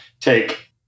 take